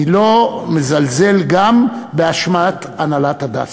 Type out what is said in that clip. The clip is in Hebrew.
אני לא מזלזל גם באשמת הנהלת "הדסה",